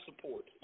support